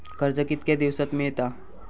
कर्ज कितक्या दिवसात मेळता?